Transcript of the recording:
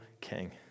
king